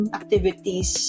activities